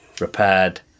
repaired